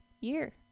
year